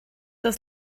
das